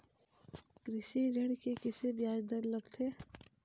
कृषि ऋण के किसे ब्याज दर लगथे?